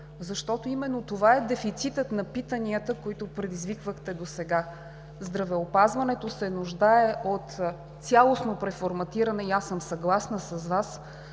защото именно това е дефицитът на питанията, които предизвиквахте досега. Здравеопазването се нуждае от цялостно преформатиране и аз съм съгласна с Вас,